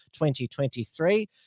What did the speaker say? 2023